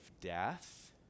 death